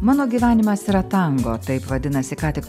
mano gyvenimas yra tango taip vadinasi ką tik